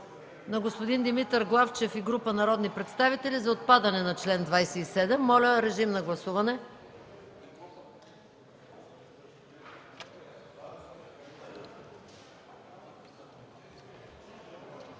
на господин Димитър Главчев и група народни представители за отпадане на чл. 27. Гласували